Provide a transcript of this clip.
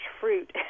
fruit